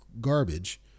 garbage